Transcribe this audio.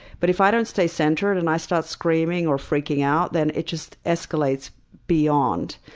but if i don't stay centered and i start screaming or freaking out, then it just escalates beyond.